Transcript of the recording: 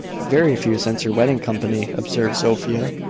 very few since your wedding company, observed sophia.